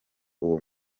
uwo